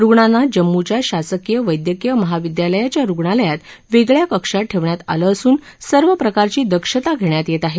रुग्णांना जम्मूच्या शासकीय वैद्यकिय महाविद्यालयाच्या रुग्णालयत वेगळ्या कक्षात ठेवण्यात आलं असून सर्व प्रकारची दक्षता घेण्यात येत आहे